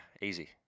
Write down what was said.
Easy